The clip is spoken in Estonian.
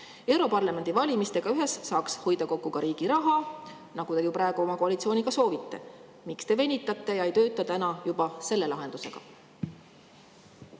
Europarlamendi valimistega seda ühes [tehes] saaks hoida kokku ka riigi raha, nagu te praegu oma koalitsiooniga soovite. Miks te venitate ja ei tööta täna juba selle lahenduse